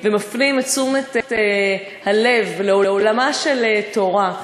ומפנים את תשומת הלב לעולמה של תורה,